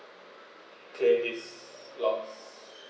claim this lost